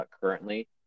currently